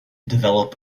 develop